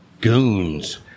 goons